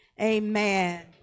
Amen